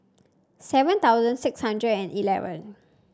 seven thousand six hundred and eleven